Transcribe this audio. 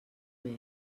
més